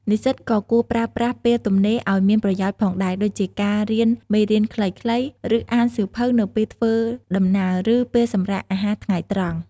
និស្សិតក៏គួរប្រើប្រាស់ពេលទំនេរឲ្យមានប្រយោជន៍ផងដែរ ដូចជាការរៀនមេរៀនខ្លីៗ ឬអានសៀវភៅនៅពេលធ្វើដំណើរ ឬពេលសម្រាកអាហារថ្ងៃត្រង់។